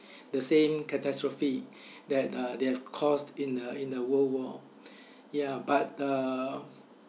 the same catastrophe that uh they have caused in the in the world war yeah but the